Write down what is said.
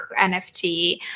nft